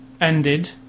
ended